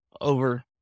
over